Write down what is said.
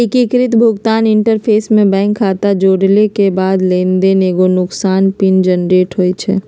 एकीकृत भुगतान इंटरफ़ेस में बैंक खता जोरेके बाद लेनदेन लेल एगो नुकाएल पिन जनरेट होइ छइ